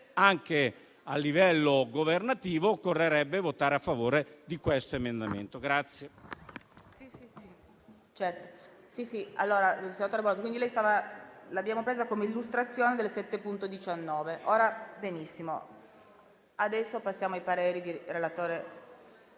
anche a livello governativo, occorrerebbe votare a favore di questo emendamento.